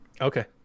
Okay